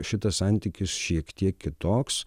šitas santykis šiek tiek kitoks